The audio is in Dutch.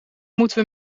moeten